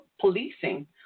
policing